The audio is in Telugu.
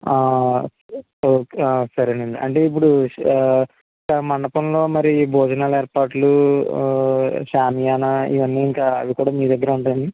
సరేనండి అంటే ఇప్పుడు మండపంలో మరి భోజనాలు ఏర్పాట్లు షామియానా అవి కూడా ఇంక ఆయన్ని మీ దగ్గరే ఉంటాయండి